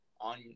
on